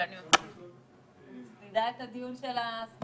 אבל אני מפסידה את הדיון של ההסברה.